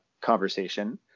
conversation